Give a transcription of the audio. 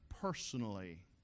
personally